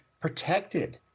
protected